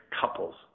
couples